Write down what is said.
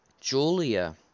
Julia